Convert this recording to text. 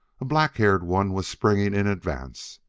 a black-haired one was springing in advance.